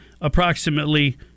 approximately